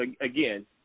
again